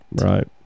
Right